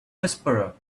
whisperer